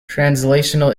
translational